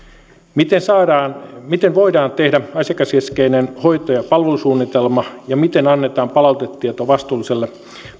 miten voidaan tehdä asiakaskeskeinen hoito ja palvelusuunnitelma ja miten annetaan palautetieto vastuulliselle